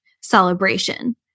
celebration